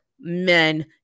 men